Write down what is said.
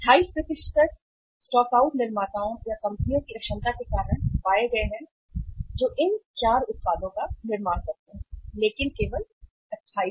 28 stockout निर्माताओं या कंपनियों की अक्षमता के कारण पाए गए जो इन 4 उत्पादों का निर्माण करते हैं लेकिन केवल 28